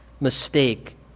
mistake